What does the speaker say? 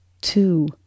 two